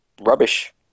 rubbish